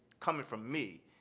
coming from me,